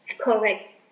correct